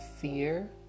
Fear